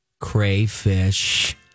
crayfish